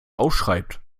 ausschreibt